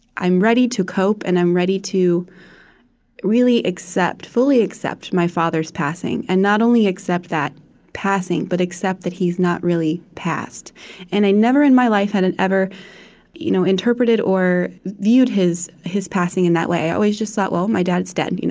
i'm ready to cope, and i'm ready to really accept fully accept my father's passing, and not only accept that passing, but accept that he's not really passed and i never in my life had and ever you know interpreted or viewed his his passing in that way. i always just thought, well, my dad's dead. you know